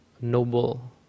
noble